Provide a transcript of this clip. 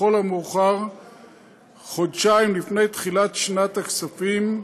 לכל המאוחר חודשיים לפני תחילת שנת הכספים,